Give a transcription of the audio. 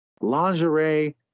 lingerie